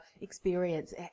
experience